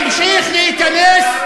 נמשיך להיכנס,